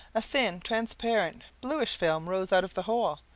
a thin, transparent bluish film rose out of the hole,